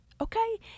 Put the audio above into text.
Okay